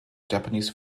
japanese